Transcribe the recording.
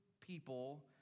people